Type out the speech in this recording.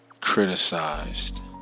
Criticized